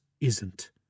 isn't